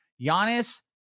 Giannis